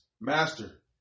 Master